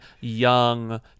young